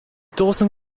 dawson